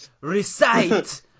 recite